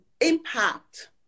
impact